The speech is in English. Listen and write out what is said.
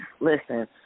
Listen